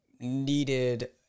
needed